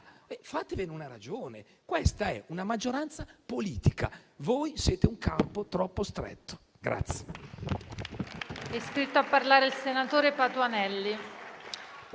fatevene una ragione. Questa è una maggioranza politica. Voi siete un campo troppo stretto.